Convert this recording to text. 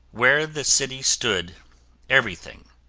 where the city stood everything,